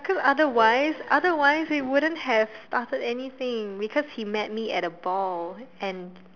cause otherwise otherwise it wouldn't have started anything because he met me at a ball and